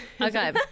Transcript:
okay